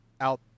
out